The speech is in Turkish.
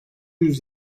yüz